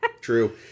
True